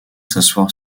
s’asseoir